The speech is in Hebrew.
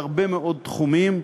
בהרבה מאוד תחומים,